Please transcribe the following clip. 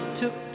took